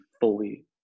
fully